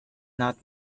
not